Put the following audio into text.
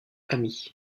amis